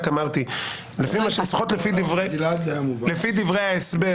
רק אמרתי שלפחות לפי דברי ההסבר